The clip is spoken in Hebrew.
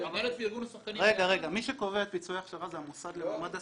מי שקובע את פיצויי ההכשרה זה המוסד למעמד השחקן?